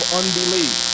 unbelief